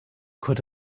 could